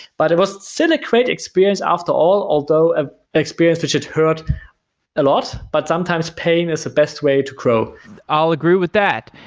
but it was still a great experience after all. although, a experience which it hurt a lot, but sometimes pain is the best way to grow i'll agree with that.